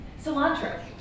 cilantro